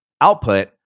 output